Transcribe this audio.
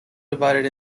divided